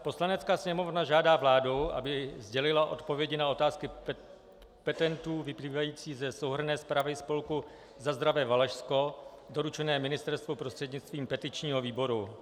Poslanecká sněmovna žádá vládu, aby sdělila odpovědi na otázky petentů vyplývající ze souhrnné zprávy spolku Za zdravé Valašsko doručené ministerstvu prostřednictvím petičního výboru.